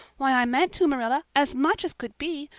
why, i meant to, marilla, as much as could be.